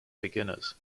beginners